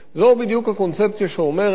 זו בדיוק הקונספציה שאומרת: